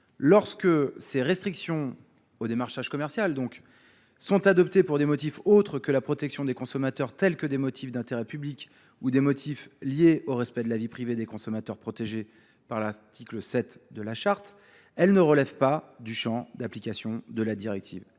Lorsque ces restrictions au démarchage commercial donc sont adoptées pour des motifs autres que la protection des consommateurs tels que des motifs d'intérêt public ou des motifs liés au respect de la vie privée des consommateurs protégés par l'article 7 de la charte, elles ne relèvent pas du champ d'application de la directive,